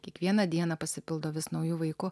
kiekvieną dieną pasipildo vis nauju vaiku